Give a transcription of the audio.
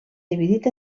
dividit